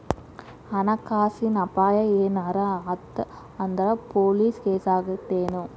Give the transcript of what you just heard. ಹಣ ಕಾಸಿನ್ ಅಪಾಯಾ ಏನರ ಆತ್ ಅಂದ್ರ ಪೊಲೇಸ್ ಕೇಸಾಕ್ಕೇತೆನು?